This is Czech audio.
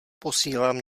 posílám